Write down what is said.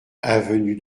avenue